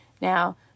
Now